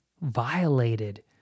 violated